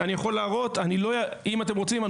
אם אתם רוצים,